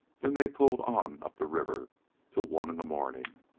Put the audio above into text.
then they pulled on up the river till one in the morning,